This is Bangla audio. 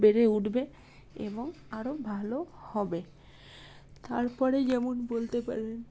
বেড়ে উঠবে এবং আরও ভালো হবে তারপরে যেমন বলতে পারি